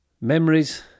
Memories